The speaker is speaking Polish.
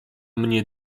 mnie